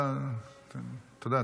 אתה יודע,